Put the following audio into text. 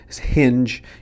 hinge